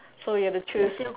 so you have to choose